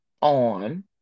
on